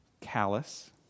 callous